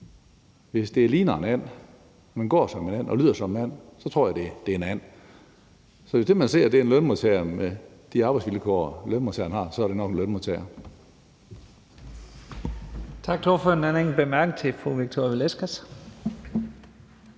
Hvis det ligner en and, går som en and og lyder som en and, så tror jeg, det er en and. Så hvis det, man ser, er en lønmodtager med de arbejdsvilkår, lønmodtageren har, så er det nok en lønmodtager.